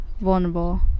vulnerable